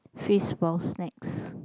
fishballs snacks